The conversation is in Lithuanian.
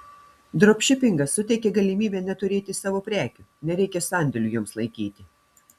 dropšipingas suteikia galimybę neturėti savo prekių nereikia sandėlių joms laikyti